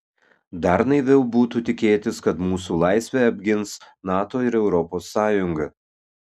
dar naiviau būtų tikėtis kad mūsų laisvę apgins nato ir europos sąjunga